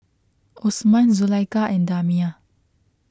Osman Zulaikha and Damia